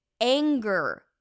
anger